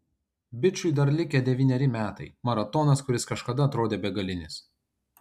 bičui dar likę devyneri metai maratonas kuris kažkada atrodė begalinis